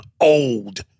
old